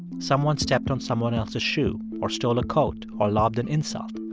someone stepped on someone else's shoe or stole a coat or lobbed an insult,